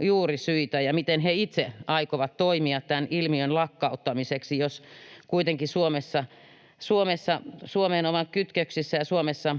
juurisyitä? Ja miten he itse aikovat toimia tämän ilmiön lakkauttamiseksi, jos kuitenkin Suomeen ovat kytköksissä ja Suomessa